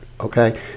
Okay